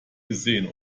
gesehen